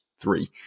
three